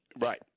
Right